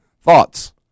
Thoughts